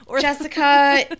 Jessica